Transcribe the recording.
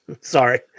Sorry